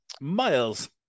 Miles